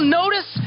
notice